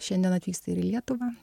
šiandien atvyksta į lietuvą